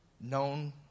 Known